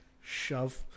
shove